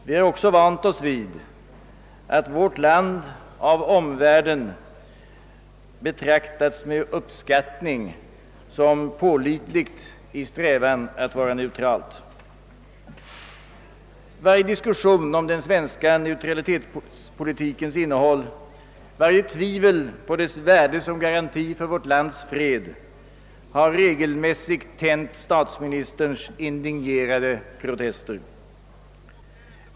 Vi har också vant oss vid att vårt land av omvärlden med uppskattning betraktats som pålitligt i strävan att vara neutralt. Varje diskussion om den svenska neutralitetspolitikens innehåll, varje tvivel på dess värde som garanti för vårt lands fred har regelmässigt tänt statsministerns indignerade protester.